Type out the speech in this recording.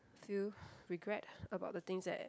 feel regret about the things that